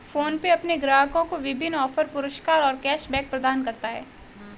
PhonePe अपने ग्राहकों को विभिन्न ऑफ़र, पुरस्कार और कैश बैक प्रदान करता है